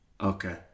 okay